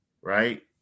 right